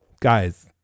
guys